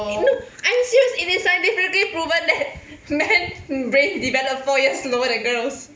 no I'm serious it is scientifically proven that men brain develop four years slower than girls